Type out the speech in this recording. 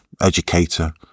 educator